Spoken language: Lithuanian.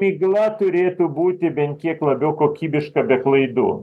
migla turėtų būti bent kiek labiau kokybiška be klaidų